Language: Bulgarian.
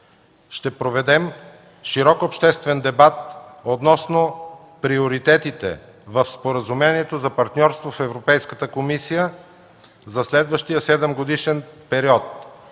Ще проведем широк обществен дебат относно приоритетите в Споразумението за партньорство в Европейската комисия за следващия седемгодишен период.